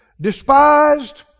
Despised